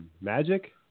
Magic